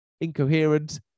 incoherent